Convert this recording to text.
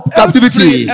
captivity